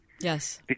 Yes